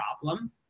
problem